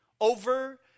Over